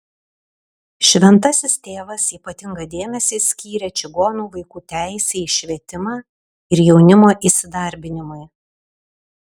šventasis tėvas ypatingą dėmesį skyrė čigonų vaikų teisei į švietimą ir jaunimo įsidarbinimui